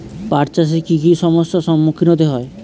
পাঠ চাষে কী কী সমস্যার সম্মুখীন হতে হয়?